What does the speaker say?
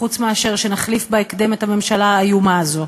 חוץ מאשר שנחליף בהקדם את הממשלה האיומה הזאת.